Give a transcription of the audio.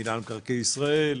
מינהל מקרקעי ישראל,